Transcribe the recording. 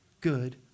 Good